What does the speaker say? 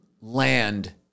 land